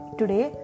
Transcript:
today